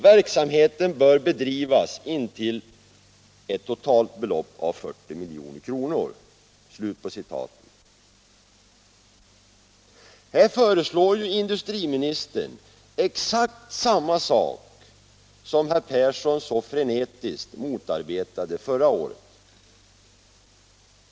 Verksamheten bör bedrivas intill ett totalt belopp av 40 milj.kr.” Här föreslår ju industriministern exakt samma sak som herr Persson så frenetiskt motarbetade förra året.